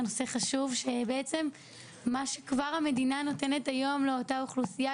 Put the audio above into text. נושא חשוב שבעצם מה שגם המדינה נותנת היום בעצם,